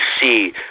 see